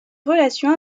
relations